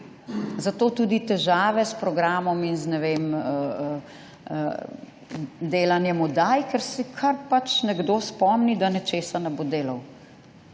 Zato tudi težave s programom in z delanjem oddaj, ker se kar pač nekdo spomni, da nečesa ne bo delal.